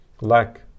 lack